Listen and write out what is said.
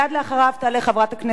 היא תבחר בכך להשיב.